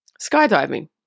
skydiving